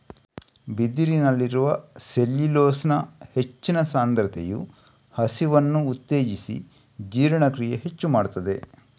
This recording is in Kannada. ಬಿದಿರಿನಲ್ಲಿರುವ ಸೆಲ್ಯುಲೋಸ್ನ ಹೆಚ್ಚಿನ ಸಾಂದ್ರತೆಯು ಹಸಿವನ್ನ ಉತ್ತೇಜಿಸಿ ಜೀರ್ಣಕ್ರಿಯೆ ಹೆಚ್ಚು ಮಾಡ್ತದೆ